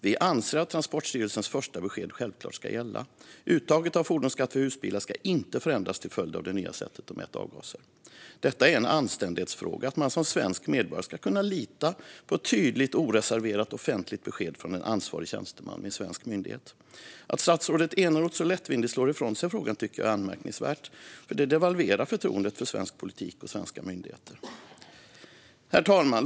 Vi anser att Transportstyrelsens första besked självklart ska gälla. Uttaget av fordonsskatt för husbilar ska inte förändras till följd av det nya sättet att mäta avgaser. Det är en anständighetsfråga att man som svensk medborgare ska kunna lita på ett tydligt och oreserverat offentligt besked från en ansvarig tjänsteman vid en svensk myndighet. Att statsrådet Eneroth så lättvindigt slår ifrån sig frågan tycker jag är anmärkningsvärt. Det devalverar förtroendet för svensk politik och svenska myndigheter. Herr talman!